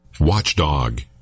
Watchdog